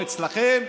אצלכם,